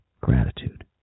gratitude